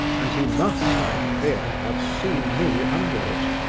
and he must, i fear, have seen me under it.